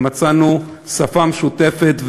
ומצאנו שפה משותפת,